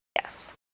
Yes